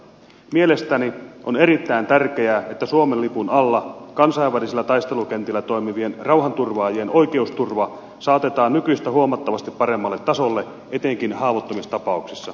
mielestäni on erittäin tärkeää että suomen lipun alla kansainvälisillä taistelukentillä toimivien rauhanturvaajien oikeusturva saatetaan nykyistä huomattavasti paremmalle tasolle etenkin haavoittumistapauksissa